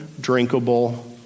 drinkable